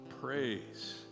praise